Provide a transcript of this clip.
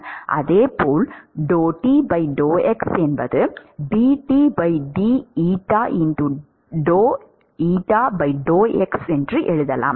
அதேபோல் என்று எழுதலாம்